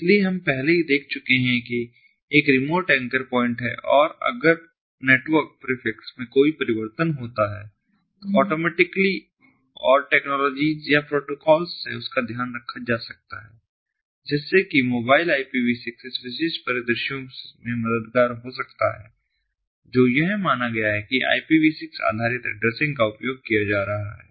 इसलिए हम पहले ही देख चुके हैं कि एक रिमोट एंकर प्वाइंट है और अगर नेटवर्क प्रीफ़िक्स में कोई परिवर्तन होता है तो ऑटोमेटिकली और टेक्नोलॉजीज या प्रोटोकॉल्स से उसका ध्यान रखा जा सकता है जैसे कि मोबाइल IPV6 इस विशेष परिदृश्यों में मददगार हो सकता है जो यह माना गया है कि IPV6 आधारित एड्रेसिंग का उपयोग किया जा रहा है